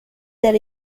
that